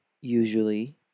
usually